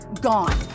gone